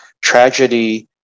tragedy